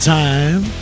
time